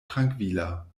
trankvila